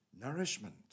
nourishment